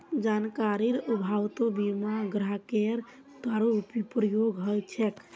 जानकारीर अभाउतो बीमा ग्राहकेर दुरुपयोग ह छेक